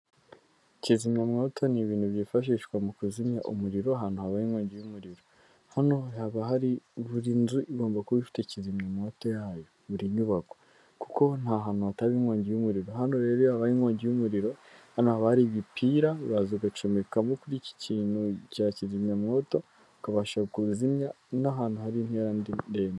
Kizimyamwoto, ni ibintu byifashishwa mu kuzimya umuriro, ahantu habaye inkongi y'umuriro, hano buri nzu igomba kuba ifite ikizimyamwoto yayo, buri nyubako, kuko nta hantu hataba inkongi y'umuriro, hano rero iyo habaye inkongi y'umuriro, hano haba hari igipira, uraza ugacomekamo kuri iki kintu cya kizimyamwoto, ukabasha kuzimya n'ahantu hari intera ndende.